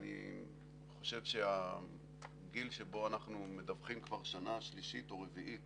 ואני חושב שהגיל שבו אנחנו מדווחים כבר שנה שלישית או רביעית